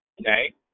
Okay